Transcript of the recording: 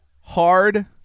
hard